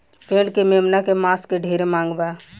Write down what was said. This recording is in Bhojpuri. भेड़ के मेमना के मांस के ढेरे मांग बा